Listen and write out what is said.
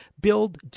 build